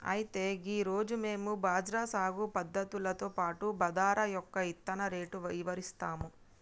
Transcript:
అయితే గీ రోజు మేము బజ్రా సాగు పద్ధతులతో పాటు బాదరా యొక్క ఇత్తన రేటు ఇవరిస్తాము